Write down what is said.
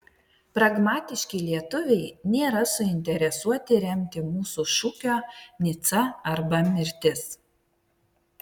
pragmatiški lietuviai nėra suinteresuoti remti mūsų šūkio nica arba mirtis